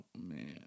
Man